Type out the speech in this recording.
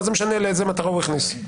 לא משנה לאיזו מטרה הוא הכניס.